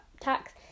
tax